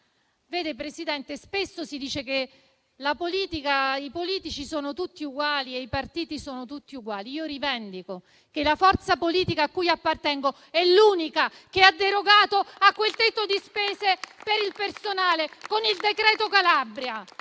Presidente, spesso si dice che i politici e i partiti sono tutti uguali, ma io rivendico che la forza politica a cui appartengo è l'unica ad aver derogato a quel tetto di spesa per il personale con il decreto-legge Calabria.